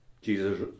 Jesus